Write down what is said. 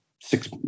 six